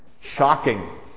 shocking